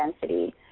density